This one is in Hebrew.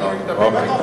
יש חלוקת ירושלים.